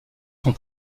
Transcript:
son